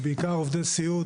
ובעיקר את נושא עובדי הסיעוד,